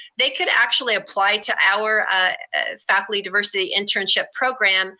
they could actually apply to our ah faculty diversity internship program,